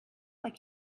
like